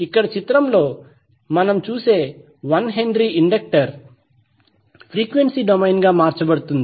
ఇక్కడ చిత్రంలో మనం చూసే 1H ఇండక్టర్ ఫ్రీక్వెన్సీ డొమైన్గా మార్చబడుతుంది